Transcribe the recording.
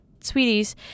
sweeties